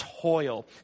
toil